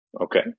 Okay